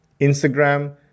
Instagram